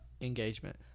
engagement